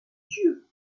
dieu